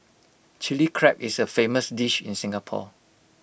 Chilli Crab is A famous dish in Singapore